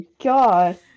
god